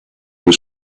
was